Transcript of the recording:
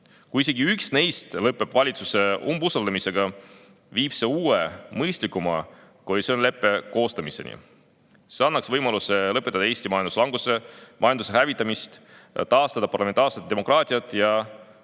Kui isegi üks neist lõpeb valitsuse umbusaldamisega, viib see uue, mõistlikuma koalitsioonileppe koostamiseni. See annaks võimaluse lõpetada Eesti majanduslangus ja majanduse hävitamine, taastada parlamentaarne demokraatia ja